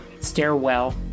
stairwell